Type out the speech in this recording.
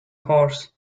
horse